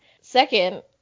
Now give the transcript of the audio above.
Second